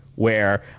where,